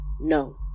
No